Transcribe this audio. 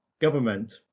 Government